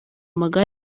amagare